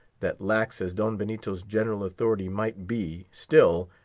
that lax as don benito's general authority might be, still,